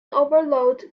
overload